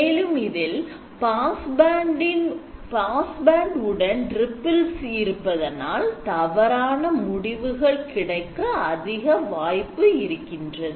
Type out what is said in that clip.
மேலும் இதில் pass band உடன் ripples இருப்பதனால் தவறான முடிவுகள் கிடைக்க அதிக வாய்ப்பு இருக்கின்றது